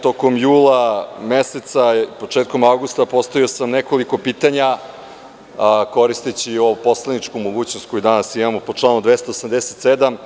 Tokom jula meseca i početkom avgusta postavio sam nekoliko pitanja, koristeći ovu poslaničku mogućnost koju danas imamo po članu 287.